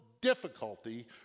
difficulty